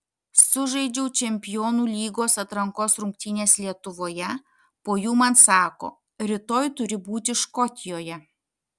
sužaidžiau čempionų lygos atrankos rungtynes lietuvoje po jų man sako rytoj turi būti škotijoje